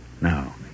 Now